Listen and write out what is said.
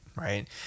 right